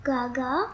Gaga